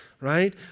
right